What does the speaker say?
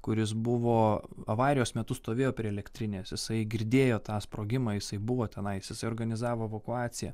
kuris buvo avarijos metu stovėjo prie elektrinės jisai girdėjo tą sprogimą jisai buvo tenai susiorganizavo evakuaciją